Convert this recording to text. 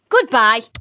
Goodbye